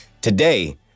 Today